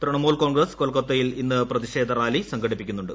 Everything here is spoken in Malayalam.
തൃണമൂൽ കോൺഗ്രസ് കൊൽക്കത്തയിൽ ഇന്ന് പ്രതിഷേധ റാലി സംഘടിപ്പിക്കുന്നുണ്ട്